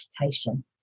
reputation